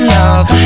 love